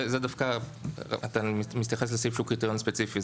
אתה מתייחס לסעיף שהוא קריטריון ספציפי,